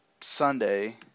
Sunday